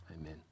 Amen